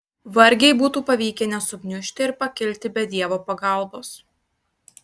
vargiai būtų pavykę nesugniužti ir pakilti be dievo pagalbos